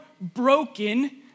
broken